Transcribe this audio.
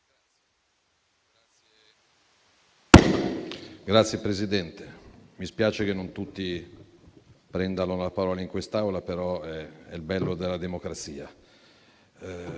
Signor Presidente, mi spiace che non tutti prendano la parola in quest'Aula, però è il bello della democrazia.